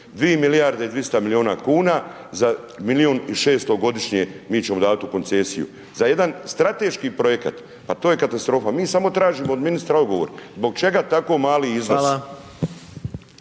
2 milijarde i 200 milijuna kuna za milijun i 600 godišnje, mi ćemo davati u koncesiju. Za jedan strateški projekat, pa to je katastrofa, mi samo tražimo od ministra odgovor, zbog čega tako mali iznos.